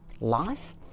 life